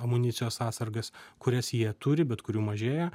amunicijos atsargas kurias jie turi bet kurių mažėja